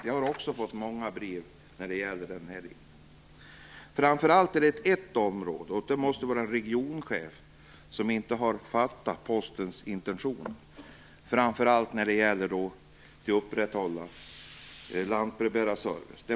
Jag har också fått många brev när det gäller detta. Det är framför allt ett område där en regionchef inte har fattat Postens intentioner när det gäller att upprätthålla lantbrevbärarservice.